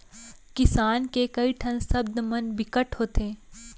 किसान के कइ ठन सब्द मन बिकट होथे